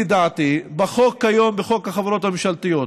לדעתי, בחוק כיום, בחוק החברות הממשלתיות,